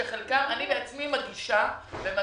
שאת חלקם אני בעצמי מגישה ומגישה,